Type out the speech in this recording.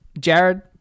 Jared